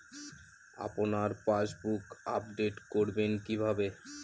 আপনার passbook update করবেন কিভাবে?